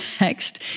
next